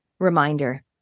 reminder